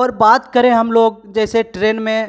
और बात करें हम लोग जैसे ट्रेन में